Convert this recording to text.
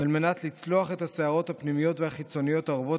ועל מנת לצלוח את הסערות הפנימיות והחיצוניות האורבות